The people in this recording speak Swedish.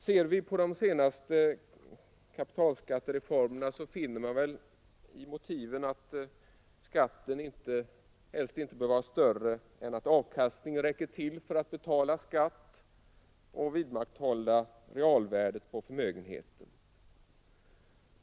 Ser vi på de senaste kapitalskattereformerna finner vi i motiven att skatten helst inte bör vara större än att avkastningen räcker till att betala skatt och vidmakthålla realvärdet på förmögenheten.